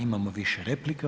Imamo više replika.